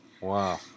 wow